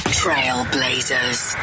trailblazers